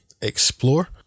explore